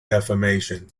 defamation